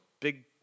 big